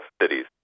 cities